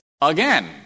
again